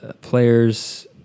players